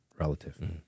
relative